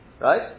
right